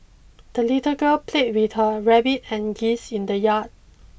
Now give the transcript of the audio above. the little girl played with her rabbit and geese in the yard